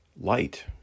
light